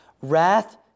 wrath